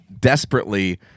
desperately